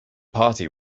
party